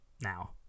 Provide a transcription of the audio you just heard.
now